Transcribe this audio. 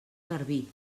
garbí